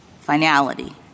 Finality